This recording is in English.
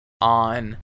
on